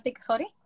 sorry